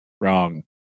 Wrong